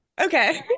Okay